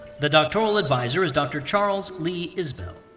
the doctoral advisor is dr. charles lee isbell.